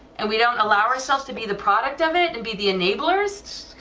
and we don't allow ourselves to be the product of it and be the enablers,